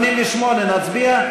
88, נצביע?